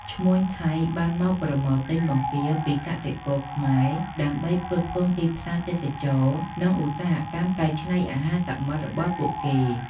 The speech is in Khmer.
ឈ្មួញថៃបានមកប្រមូលទិញបង្គាពីកសិករខ្មែរ ដើម្បីផ្គត់ផ្គង់ទីផ្សារទេសចរណ៍ និងឧស្សាហកម្មកែច្នៃអាហារសមុទ្ររបស់ពួកគេ។